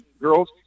girls